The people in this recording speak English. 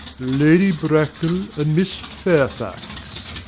lady bracknell and miss fairfax.